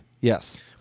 Yes